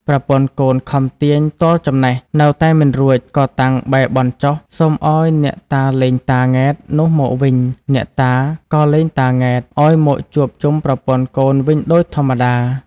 ប្រពន្ធកូនខំទាញទាល់ចំណេះ នៅតែមិនរួច ក៏តាំងបែរបន់ចុះ សុំឲ្យអ្នកតាលែងតា ង៉ែត នោះមកវិញ អ្នកតាក៏លែងតា ង៉ែត ឲ្យមកជួបជុំប្រពន្ធកូនវិញដូចធម្មតា ។